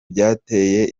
byateye